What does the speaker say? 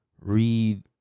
read